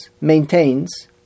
maintains